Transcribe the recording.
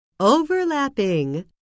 Overlapping